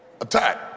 attack